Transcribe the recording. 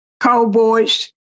Cowboys